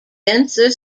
denser